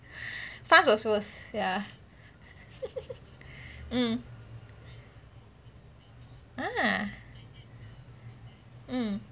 um ah um